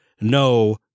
no